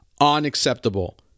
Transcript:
Unacceptable